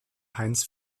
heinz